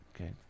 Okay